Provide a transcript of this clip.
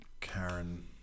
Karen